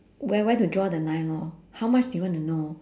where where to draw the line lor how much do you want to know